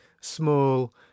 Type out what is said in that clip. small